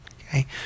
okay